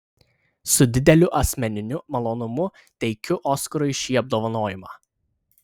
su dideliu asmeniniu malonumu teikiu oskarui šį apdovanojimą